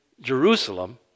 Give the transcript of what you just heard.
Jerusalem